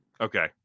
okay